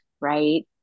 right